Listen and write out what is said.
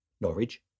Norwich